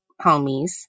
homies